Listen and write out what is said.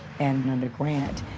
and under grant,